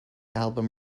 album